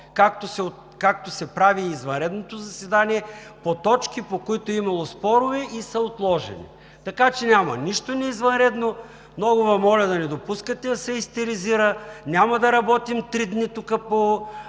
както се прави и извънредното заседание по точки, по които е имало спорове и са отложени, така че няма нищо неизвънредно. Много Ви моля да не допускате да се истеризира, няма да работим три дни само по